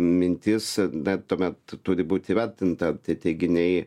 mintis bet tuomet turi būti įvertinta tie teiginiai